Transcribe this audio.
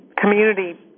community